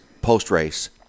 post-race